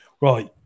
Right